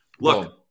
Look